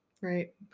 Right